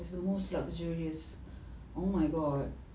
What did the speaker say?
has the most luxurious oh my god